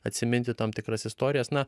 atsiminti tam tikras istorijas na